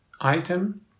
item